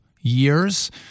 years